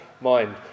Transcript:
mind